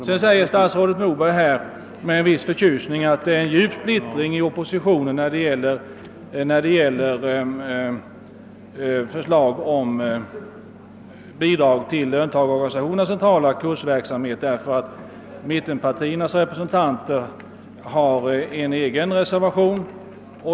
Sedan säger statsrådet Moberg med viss förtjusning, att det råder djup splittring inom oppositionen när det gäller förslag om bidrag till löntagarorganisationernas centrala kursverksamhet, därför att mittenpartiernas representanter har en egen reservation.